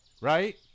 right